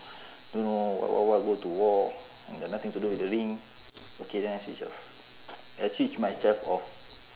don't know what what what go to war got nothing to do with the ring okay then I switch off I switch myself off